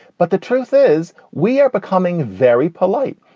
but the truth is, we are becoming very polite.